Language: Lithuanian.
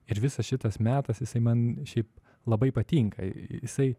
ir visas šitas metas jisai man šiaip labai patinka jisai